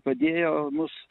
padėjo mus